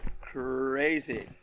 crazy